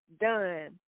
done